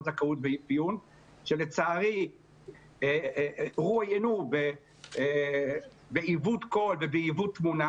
זכאות ואפיון שלצערי רואיינו בעיוות קול ובעיוות תמונה